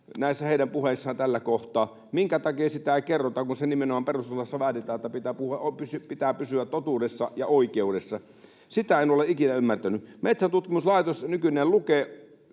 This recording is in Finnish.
näissä heidän puheissaan tällä kohtaa. Minkä takia sitä ei kerrota, vaikka nimenomaan perustuslaissa vaaditaan, että pitää pysyä totuudessa ja oikeudessa? Sitä en ole ikinä ymmärtänyt. Metsäntutkimuslaitos, nykyinen Luke,